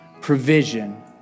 provision